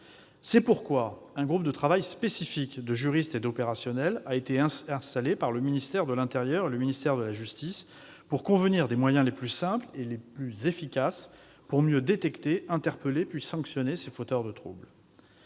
C'est pourquoi un groupe de travail spécifique, composé de juristes et d'opérationnels, a été installé par le ministère de l'intérieur et le ministère de la justice, pour convenir des moyens les plus simples et les plus efficaces de mieux détecter, interpeller, puis sanctionner les fauteurs de troubles.